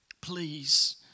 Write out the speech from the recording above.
please